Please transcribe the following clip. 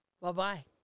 Bye-bye